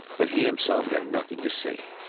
but he himself had nothing to say.